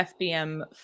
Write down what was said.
FBM